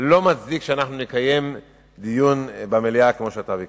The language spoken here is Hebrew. זה לא מצדיק שאנחנו נקיים דיון במליאה כמו שאתה ביקשת.